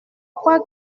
crois